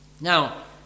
Now